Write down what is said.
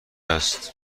است